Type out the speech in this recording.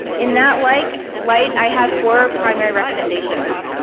in that like light i have four primary recommendations.